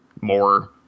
more